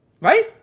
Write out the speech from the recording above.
Right